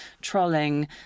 trolling